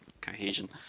cohesion